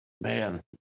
Man